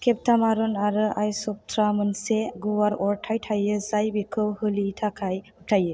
केपटामारन आरो आइसबट्रा मोनसे गुवार अरथाइ थायो जाय बेखौ होलि थाखाय थायो